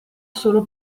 solo